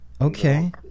Okay